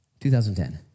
2010